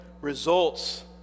results